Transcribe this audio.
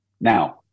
Now